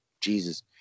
jesus